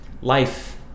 Life